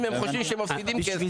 אם הם חושבים שהם מפסידים כסף --- בשביל